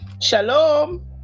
shalom